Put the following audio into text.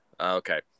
okay